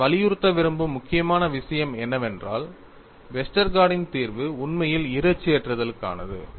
நான் வலியுறுத்த விரும்பும் முக்கியமான விஷயம் என்னவென்றால் வெஸ்டர்கார்டின் Westergaard's தீர்வு உண்மையில் இரு அச்சு ஏற்றுதலுக்கானது